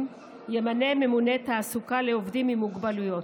ימנה ממונה תעסוקה לעובדים עם מוגבלויות.